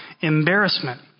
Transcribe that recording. embarrassment